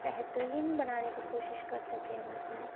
بہترین بنانے کی کوشش کر سکیں ہم اس میں